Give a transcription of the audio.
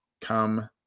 come